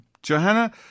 Johanna